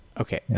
Okay